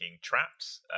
traps